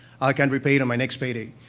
i can repay it on my next payday.